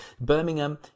Birmingham